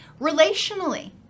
Relationally